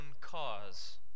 cause